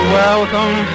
welcome